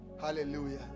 hallelujah